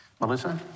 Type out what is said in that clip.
Melissa